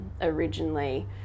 originally